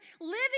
living